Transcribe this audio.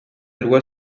loi